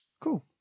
cool